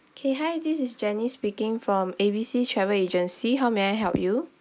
okay hi this is janice speaking from A B C travel agency how may I help you